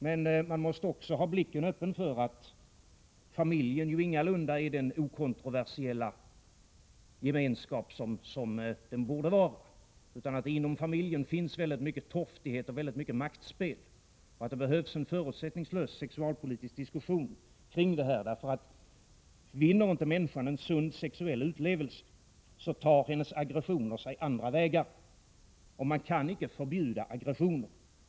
Men man måste också ha blicken öppen för att familjen ingalunda är den okontroversiella gemenskap som den borde vara, utan att det inom familjen finns väldigt mycket torftighet och maktspel. Det behövs en förutsättningslös sexualpolitisk diskussion kring det här, för vinner inte människan en sund sexuell utlevelse tar sig hennes aggressioner andra vägar, och man kan inte förbjuda aggressioner.